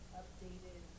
updated